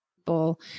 People